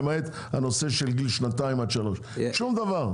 למעט הנושא של גיל 2-3. שום דבר.